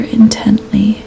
intently